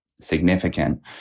significant